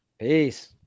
Peace